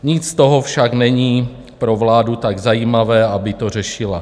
Nic z toho však není pro vládu tak zajímavé, aby to řešila.